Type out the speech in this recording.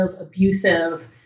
abusive